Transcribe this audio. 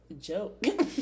joke